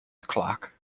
clock